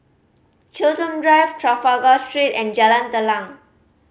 Chiltern Drive Trafalgar Street and Jalan Telang